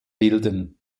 wilden